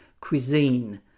cuisine